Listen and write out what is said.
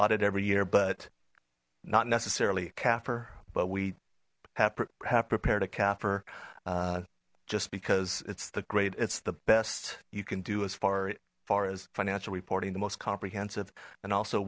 audit every year but not necessarily a capper but we have prepared a capper just because it's the great it's the best you can do as far far as financial reporting the most comprehensive and also